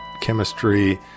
chemistry